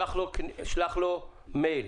שלח לו מייל.